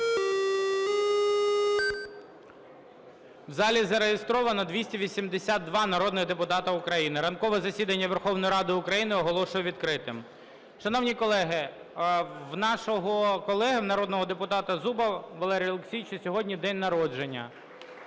В залі зареєстровано 282 народних депутати України. Ранкове засідання Верховної Ради України оголошую відкритим. Шановні колеги, в нашого колеги народного депутата Зуба Валерія Олексійовича сьогодні день народження.